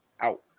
out